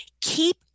Keep